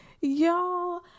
Y'all